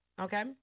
Okay